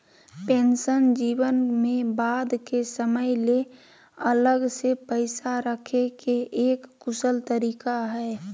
pension जीवन में बाद के समय ले अलग से पैसा रखे के एक कुशल तरीका हय